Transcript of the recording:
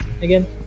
Again